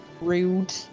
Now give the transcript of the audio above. Rude